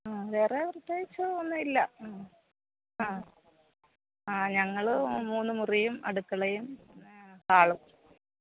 ആ വേറെ പ്രത്യേകിച്ച് ഒന്നും ഇല്ല ആ ആ ഞങ്ങൾ മൂന്ന് മുറിയും അടുക്കളയും ഹാളും